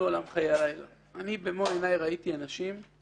כמו למשל איום בכתב